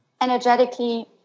energetically